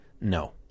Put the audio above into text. No